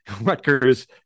Rutgers